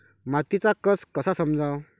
मातीचा कस कसा समजाव?